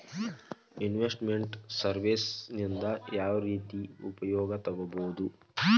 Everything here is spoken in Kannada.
ಇನ್ವೆಸ್ಟ್ ಮೆಂಟ್ ಸರ್ವೇಸ್ ನಿಂದಾ ಯಾವ್ರೇತಿ ಉಪಯೊಗ ತಗೊಬೊದು?